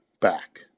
back